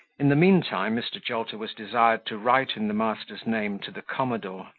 in the mean time, mr. jolter was desired to write in the masters name to the commodore,